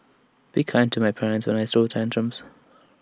be kind to my parents when I throw tantrums